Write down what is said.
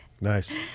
Nice